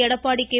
Edappadi K